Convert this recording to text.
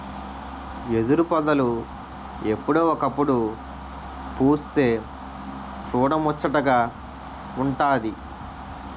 ఎదురుపొదలు ఎప్పుడో ఒకప్పుడు పుస్తె సూడముచ్చటగా వుంటాది